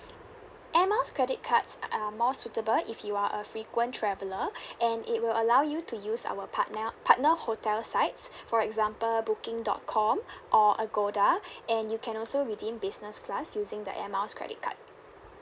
air miles credit cards are more suitable if you are a frequent traveller and it will allow you to use our partner partner hotel sites for example booking dot com or agoda and you can also redeem business class using the air miles credit card